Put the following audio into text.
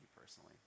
personally